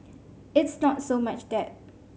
it's not so much that